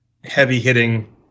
heavy-hitting